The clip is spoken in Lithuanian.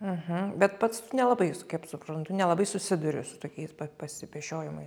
uhu bet pats tu nelabai kaip suprantu nelabai susiduri su tokiais pa pasipešiojimais